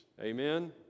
Amen